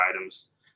items